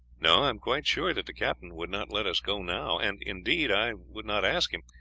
no, i am quite sure that the captain would not let us go now, and indeed, i would not ask him,